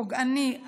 פוגעני,